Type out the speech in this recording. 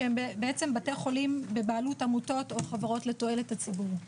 שהם בתי חולים בבעלות עמותות או חברות לתועלת הציבור.